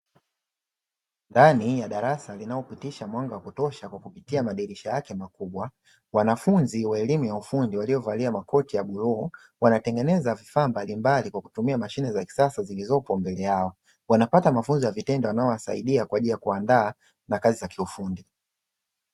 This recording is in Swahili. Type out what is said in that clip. Ndani ya darasa linalopitisha mwanga wa kutosha kupitia madirisha yake makubwa wanafunzi wa elimu ya ufundi waliovalia makoti ya bluu, wanatengeneza vifaa mbalimbali kwa kutumia mashine za kisasa zilizopo mbele yao. Wanapata mafunzo ya vitendo yanayowasaidia kwaajili ya kuwaandaa na kazi za kiufundi.